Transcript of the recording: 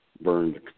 burned